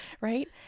Right